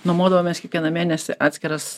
nuomodavomės kiekvieną mėnesį atskiras